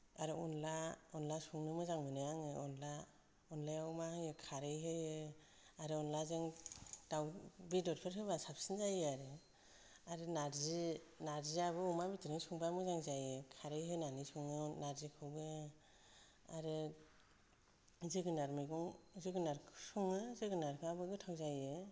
आरो अनला अनला संनो मोजां मोनो आङो अनला अनलायाव मा होयो खारै होयो आरो अनलाजों दाउ बेदरफोर होबा साबसिन जायो आरो आरो नारजि नारजियाबो अमा बेदरजों संबा मोजां जायो खारै होनानै सङो नारजिखौबो आरो जोगोनार मैगं जोगोनार सङो जोगोनारफ्राबो गोथाव जायो